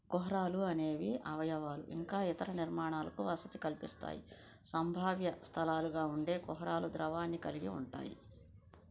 కుహరాలు అనేవి అవయవాలు ఇంకా ఇతర నిర్మాణాలకు వసతి కల్పిస్తాయి సంభావ్య స్థలాలుగా ఉండే కుహరాలు ద్రవాన్ని కలిగి ఉంటాయి